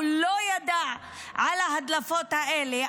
הוא לא ידע על ההדלפות האלה.